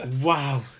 wow